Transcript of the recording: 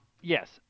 yes